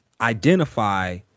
identify